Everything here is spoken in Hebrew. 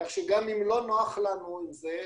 כך שגם אם לא נוח לנו עם זה,